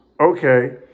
Okay